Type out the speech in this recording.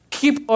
keep